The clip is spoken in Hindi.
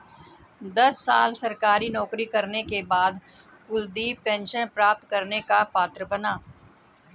दस साल सरकारी नौकरी करने के बाद कुलदीप पेंशन प्राप्त करने का पात्र बना